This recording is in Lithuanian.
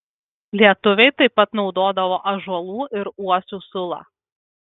lietuviai taip pat naudodavo ąžuolų ir uosių sulą